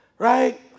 Right